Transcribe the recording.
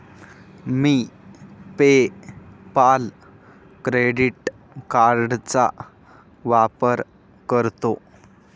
मी PayPal credit कार्डचा वापर करतो